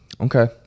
okay